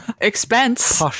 Expense